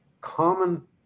common